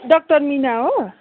doctor Mina हो